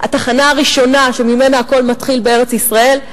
התחנה הראשונה שממנה הכול מתחיל בארץ-ישראל.